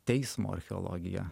teismo archeologija